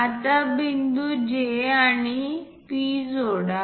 आता बिंदू J आणि P जोडा